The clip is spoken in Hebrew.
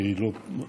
שהיא פה.